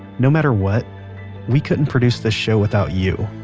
no matter what we couldn't produce this show without you,